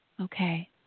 Okay